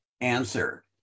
answer